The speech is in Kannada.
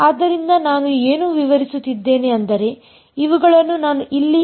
ಆದ್ದರಿಂದ ನಾನು ಏನು ವಿವರಿಸುತ್ತಿದ್ದೇನೆ ಅಂದರೆ ಇವುಗಳನ್ನು ನಾನು ಇಲ್ಲಿ f ಮತ್ತು ಅನ್ನು ಬರೆಯಬಾರದು